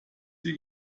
sie